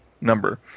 number